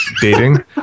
dating